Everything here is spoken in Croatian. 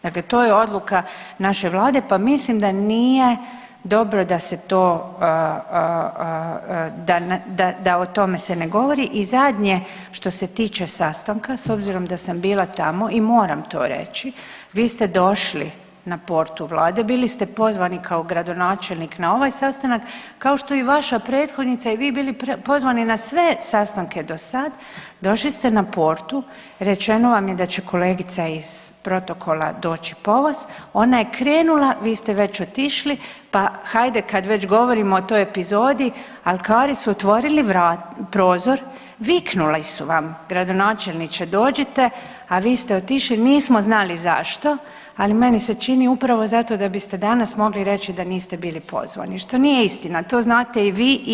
Dakle to je odluka naše Vlade pa mislim da nije dobro da se to, da o tome se ne govori i zadnje što se tiče sastanka, s obzirom da sam bila tamo i moram to reći, vi ste došli na portu Vlade, bili ste pozvani kao gradonačelnik na ovaj sastanak, kao što je i vaša prethodnica i vi bili pozvani na sve sastanke do sad, došli ste na portu, rečeno vam je da će kolegica iz protokola doći po vas, ona je krenula, vi ste već otišli pa hajde kad već govorimo o toj epizodi, alkari su otvorili .../nerazumljivo/... viknuli su vam, gradonačelniče, dođite, a vi ste otišli, nismo znali zašto, ali meni se čini upravo zato da biste danas mogli reći da niste bili pozvani, što nije istina, to znate i vi i ja.